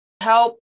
help